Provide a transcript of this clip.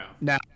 Now